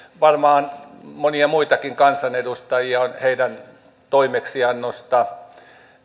varmaan monia muitakin kansanedustajia on heidän toimeksiannostaan